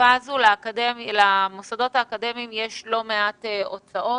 שבתקופה הזו דווקא למוסדות האקדמיים יש לא מעט הוצאות